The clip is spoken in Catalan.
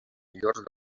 millors